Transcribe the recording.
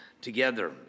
together